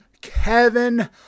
Kevin